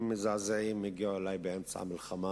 מזעזעים הגיעו אלי באמצע המלחמה.